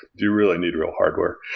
you really need a real hardware.